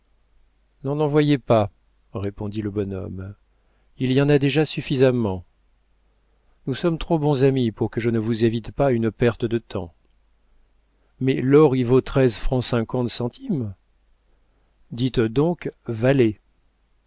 envoyez pas répondit le bonhomme il y en a déjà suffisamment nous sommes trop bons amis pour que je ne vous évite pas une perte de temps mais l'or y vaut treize francs cinquante centimes dites donc